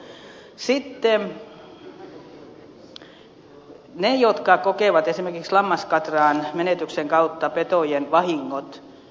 sitten ne jotka kokevat esimerkiksi lammaskatraan menetyksen kautta petojen vahingot